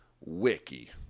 Wiki